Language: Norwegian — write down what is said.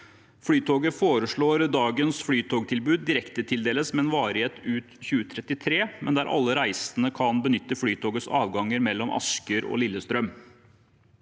Flytoget foreslo at dagens flytogtilbud direktetildeles med varighet ut 2023, men der alle reisende kunne benytte Flytogets avganger mellom Asker og Lillestrøm.